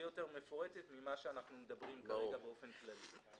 יותר מפורטת ממה שאנחנו מדברים כרגע באופן כללי.